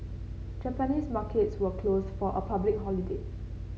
Japanese markets were closed for a public holiday